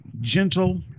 gentle